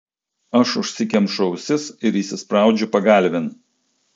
aš užsikemšu ausis ir įsispraudžiu pagalvėn